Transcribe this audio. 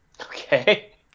Okay